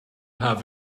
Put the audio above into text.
have